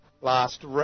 last